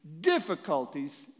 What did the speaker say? difficulties